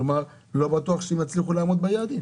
כלומר לא בטוח שהם יצליחו לעמוד ביעדים.